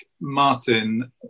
Martin